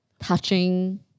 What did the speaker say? touching